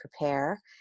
prepare